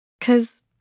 cause